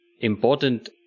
important